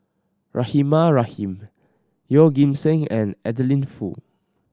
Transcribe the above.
Rahimah Rahim Yeoh Ghim Seng and Adeline Foo